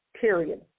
period